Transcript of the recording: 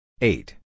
Eight